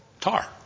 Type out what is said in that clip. Tar